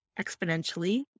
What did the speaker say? exponentially